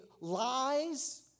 lies